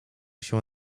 się